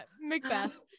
Macbeth